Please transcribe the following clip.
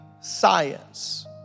science